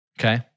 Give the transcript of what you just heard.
Okay